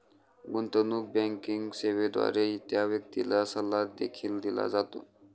गुंतवणूक बँकिंग सेवेद्वारे त्या व्यक्तीला सल्ला देखील दिला जातो